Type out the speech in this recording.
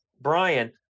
Brian